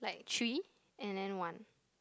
like three and then one